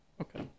Okay